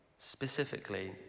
specifically